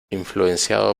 influenciado